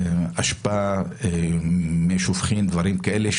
אשפה, מי שופכין ודברים כאלה.